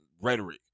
rhetoric